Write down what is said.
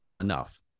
enough